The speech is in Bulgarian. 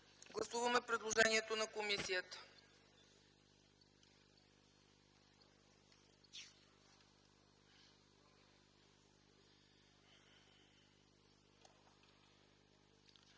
гласуване предложението на комисията